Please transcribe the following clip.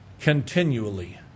continually